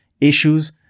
Issues